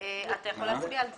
אתה יכול להצביע על הסעיף.